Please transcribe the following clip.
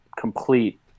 complete